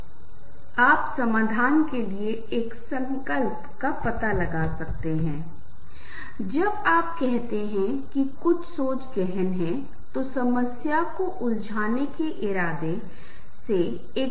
पिचों को उसी समय बजाया जाता है जिसे अक्सर कॉर्ड्स के रूप में जाना जाता है जैसे आपके पास कॉर्ड्स होते हैं तो प्रमुख कॉर्ड माइनर कॉर्ड जब आप गिटार बजाते हैं या तो हारमोनी बनाते हैं या तो एक साथ कई कॉर्ड्स बजाते हैं या कॉर्ड बनाने के लिए एक साथ कई नोट्स बजाते हैं या यदि कॉर्ड बजाया जाता है तो उन नोटों का क्रम